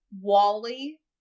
wally